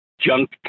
junk